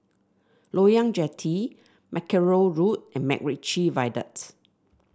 Loyang Jetty Mackerrow Road and MacRitchie Viaduct